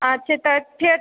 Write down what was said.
अच्छा तऽ फेर